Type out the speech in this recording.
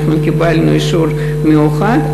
אנחנו קיבלנו אישור מיוחד,